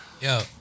Yo